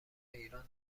ایران